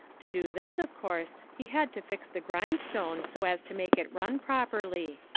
to do this, of course, he had to fix the grindstone so as to make it run properly.